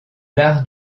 l’art